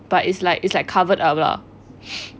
but it's like it's like covered up lah